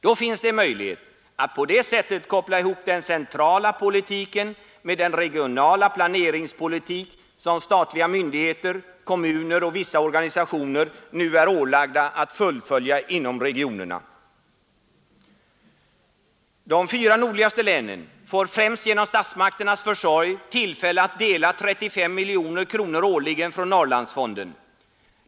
Då finns det en möjlighet att koppla ihop den centrala politiken med den regionala planeringspolitik som statliga myndigheter, kommuner och vissa organisationer nu är ålagda att fullfölja inom regionerna. De fyra nordligaste länen får främst genom statsmakternas försorg tillfälle att dela 35 miljoner kronor årligen från Norrlandsfonden.